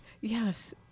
Yes